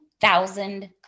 thousand